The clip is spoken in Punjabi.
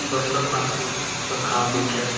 ਦੁਰਲੱਭ ਪੰਛੀ ਸੁਰਖ਼ਾਬ ਦੇਖਿਆ